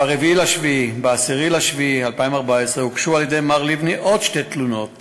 ב-4 ביולי וב-10 ביולי 2014 הוגשו על-ידי מר לבני שתי תלונות